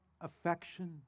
affection